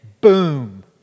boom